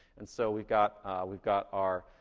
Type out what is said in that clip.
and so we've got we've got our